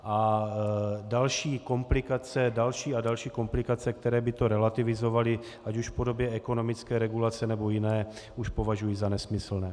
A další komplikace, další a další komplikace, které by to relativizovaly, ať už v podobě ekonomické regulace, nebo jiné, už považuji za nesmyslné.